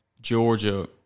Georgia